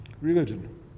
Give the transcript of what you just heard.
Religion